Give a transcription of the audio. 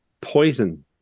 poison